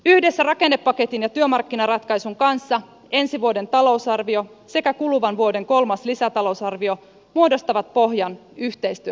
yhdessä rakennepaketin ja työmarkkinaratkaisun kanssa ensi vuoden talousarvio sekä kuluvan vuoden kolmas lisätalousarvio muodostavat pohjan yhteistyön politiikalle